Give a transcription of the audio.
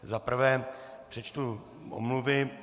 Za prvé přečtu omluvy.